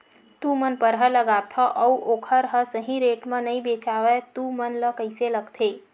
तू मन परहा लगाथव अउ ओखर हा सही रेट मा नई बेचवाए तू मन ला कइसे लगथे?